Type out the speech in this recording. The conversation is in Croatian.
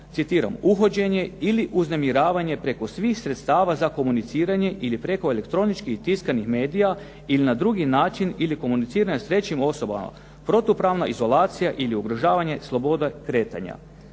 citiram: "uhođenje ili uznemiravanje preko svih sredstava za komuniciranje ili preko elektroničkih i tiskanih medija ili na drugi način ili komuniciranje s trećim osobama, protupravna izolacija ili ugrožavanje slobode kretanja."